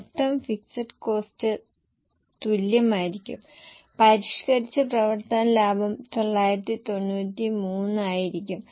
മൊത്തം fixed cost തുല്യമായിരിക്കും പരിഷ്കരിച്ച പ്രവർത്തന ലാഭം 993 ആയിരിക്കും